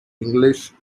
english